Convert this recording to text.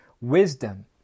wisdom